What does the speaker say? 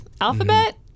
Alphabet